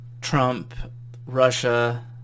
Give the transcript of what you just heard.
Trump-Russia